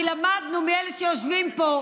כי למדנו מאלה שיושבים פה,